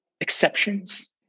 exceptions